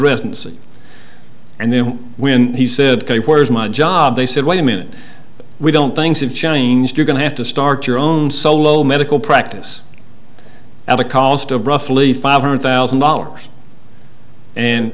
residency and then when he said where's my job they said wait a minute we don't things have changed you're going to have to start your own solo medical practice at a cost of roughly five hundred thousand dollars and